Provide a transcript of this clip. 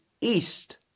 east